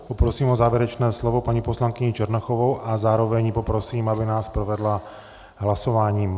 Poprosím o závěrečné slovo paní poslankyni Černochovou a zároveň ji poprosím, aby nás provedla hlasováním.